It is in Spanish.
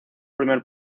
primer